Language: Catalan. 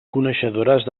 coneixedores